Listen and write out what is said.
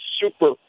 super